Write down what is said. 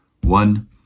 one